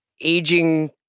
aging